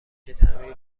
تعمیر